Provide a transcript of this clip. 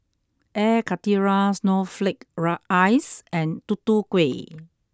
air karthira snowflake ice and tutu kueh